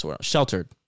sheltered